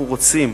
אנחנו רוצים